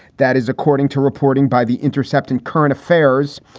that is according to reporting by the intercept and current affairs,